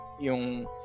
Yung